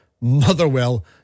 Motherwell